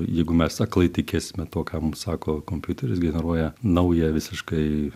jeigu mes aklai tikėsime tuo ką mum sako kompiuteris generuoja naują visiškai